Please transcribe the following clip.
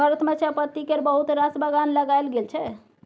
भारत मे चायपत्ती केर बहुत रास बगान लगाएल गेल छै